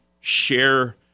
share